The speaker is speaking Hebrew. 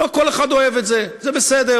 לא כל אחד אוהב את זה, זה בסדר,